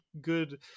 good